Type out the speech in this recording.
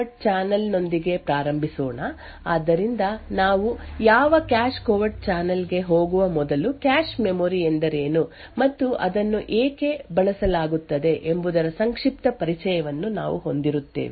ಆದ್ದರಿಂದ ನಾವು cache covert channel ನೊಂದಿಗೆ ಪ್ರಾರಂಭಿಸೋಣ ಆದ್ದರಿಂದ ನಾವು ಯಾವ ಕ್ಯಾಶ್ ಕವರ್ಟ್ ಚಾನಲ್ ಗೆ ಹೋಗುವ ಮೊದಲು ಕ್ಯಾಶ್ ಮೆಮೊರಿ ಎಂದರೇನು ಮತ್ತು ಅದನ್ನು ಏಕೆ ಬಳಸಲಾಗುತ್ತದೆ ಎಂಬುದರ ಸಂಕ್ಷಿಪ್ತ ಪರಿಚಯವನ್ನು ನಾವು ಹೊಂದಿರುತ್ತೇವೆ